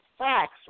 Facts